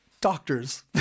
Doctors